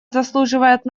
заслуживает